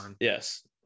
Yes